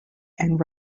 and